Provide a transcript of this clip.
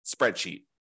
spreadsheet